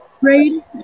grade